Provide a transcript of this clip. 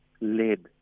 led